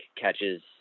catches